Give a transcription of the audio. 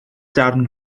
darn